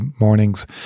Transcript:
mornings